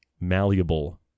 malleable